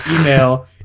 email